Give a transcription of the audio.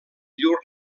llur